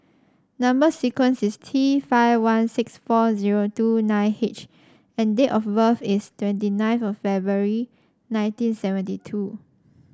number sequence is T five one six four zero two nine H and date of birth is twenty ninth February nineteen seventy two